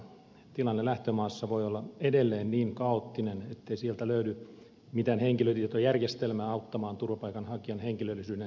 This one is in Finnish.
tilanne lähtömaassa voi olla edelleen niin kaoottinen ettei sieltä löydy mitään henkilötietojärjestelmää auttamaan turvapaikanhakijan henkilöllisyyden selvittämisessä